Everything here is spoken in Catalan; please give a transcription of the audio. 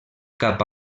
cap